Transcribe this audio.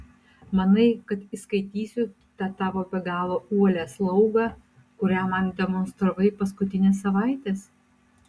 manai kad įskaitysiu tą tavo be galo uolią slaugą kurią man demonstravai paskutines savaites